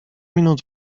minut